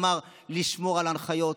אמר: לשמור על ההנחיות.